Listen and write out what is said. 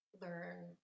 learn